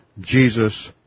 Jesus